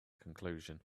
conclusion